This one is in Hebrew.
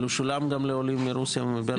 הוא שולם גם לעולים מרוסיה ובלארוס.